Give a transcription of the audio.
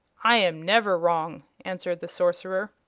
i am never wrong, answered the sorcerer.